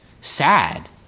sad